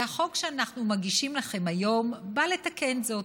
והחוק שאנחנו מגישים לכם היום בא לתקן זאת.